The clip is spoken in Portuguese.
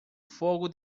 fogo